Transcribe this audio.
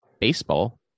baseball